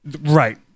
right